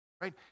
right